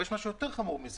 ויש משהו עוד יותר חמור מזה: